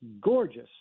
gorgeous